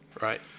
Right